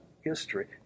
history